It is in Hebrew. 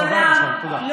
מעולם,